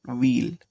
wheel